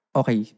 okay